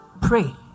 Pray